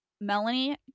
Melanie